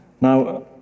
Now